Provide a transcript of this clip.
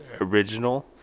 original